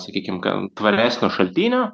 sakykim tvaresnio šaltinio